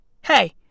hey